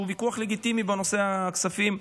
שהוא ויכוח לגיטימי בנושא הכספים,